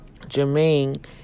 Jermaine